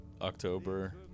October